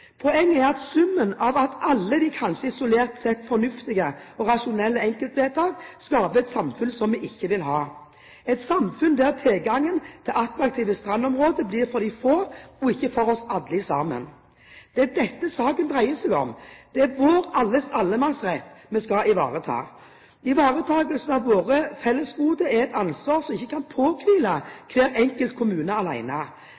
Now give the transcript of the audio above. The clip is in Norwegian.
Poenget er at summen av alle de kanskje isolert sett fornuftige og rasjonelle enkeltvedtakene skaper et samfunn som vi ikke vil ha – et samfunn der tilgangen til attraktive strandområder blir for de få og ikke for oss alle sammen. Det er dette saken dreier seg om. Det er vår alles allemannsrett vi skal ivareta. Ivaretakelsen av våre fellesgoder er et ansvar som ikke kan